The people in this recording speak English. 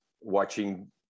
watching